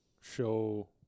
show